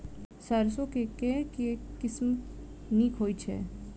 सैरसो केँ के किसिम नीक होइ छै?